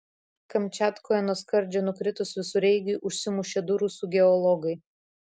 kamčiatkoje nuo skardžio nukritus visureigiui užsimušė du rusų geologai